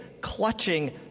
clutching